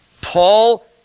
Paul